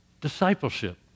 Discipleship